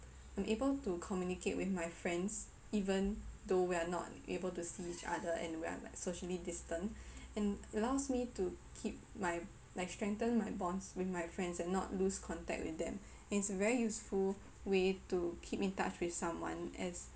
I'm able to communicate with my friends even though we are not able to see each other and we are like socially distant and it allows me to keep my like straighten my bonds with my friends and not lose contact with them and it's a very useful way to keep in touch with someone as